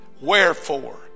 Wherefore